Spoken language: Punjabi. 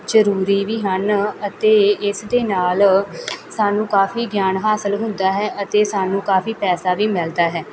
ਜ਼ਰੂਰੀ ਵੀ ਹਨ ਅਤੇ ਇਸ ਦੇ ਨਾਲ ਸਾਨੂੰ ਕਾਫ਼ੀ ਗਿਆਨ ਹਾਸਲ ਹੁੰਦਾ ਹੈ ਅਤੇ ਸਾਨੂੰ ਕਾਫ਼ੀ ਪੈਸਾ ਵੀ ਮਿਲਦਾ ਹੈ